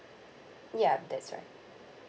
ya that's right